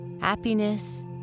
Happiness